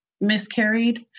miscarried